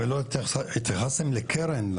לא התייחסתם לקרן,